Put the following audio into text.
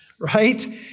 Right